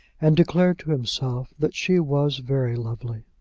and declared to himself that she was very lovely.